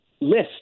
list